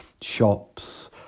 shops